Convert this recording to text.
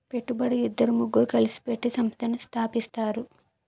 పెట్టుబడి ఇద్దరు ముగ్గురు కలిసి పెట్టి సంస్థను స్థాపిస్తారు